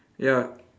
ya